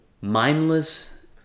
Mindless